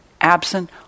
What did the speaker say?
absent